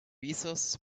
resources